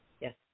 Yes